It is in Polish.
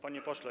Panie Pośle!